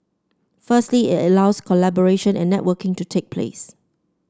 firstly it allows collaboration and networking to take place